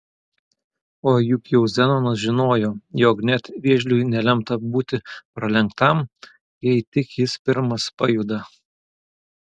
o juk jau zenonas žinojo jog net vėžliui nelemta būti pralenktam jei tik jis pirmas pajuda